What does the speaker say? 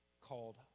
called